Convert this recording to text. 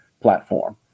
platform